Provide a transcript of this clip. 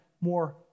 more